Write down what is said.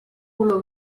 color